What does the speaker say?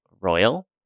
royal